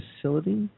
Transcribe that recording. facility